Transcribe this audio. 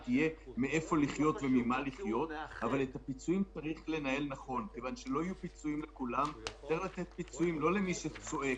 אבל זה בדיוק לא הזמן,